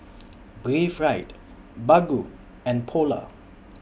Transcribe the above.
Breathe Right Baggu and Polar